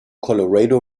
colorado